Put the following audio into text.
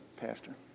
Pastor